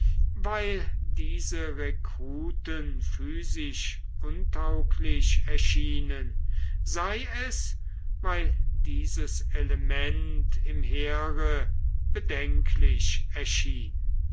weil diese rekruten physisch untauglich erschienen sei es weil dieses element im heere bedenklich erschien